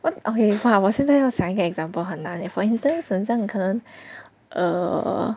what okay !wah! 我现在要想一个 example 很难 leh for instance 很像可能 err mm